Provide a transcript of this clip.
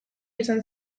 izan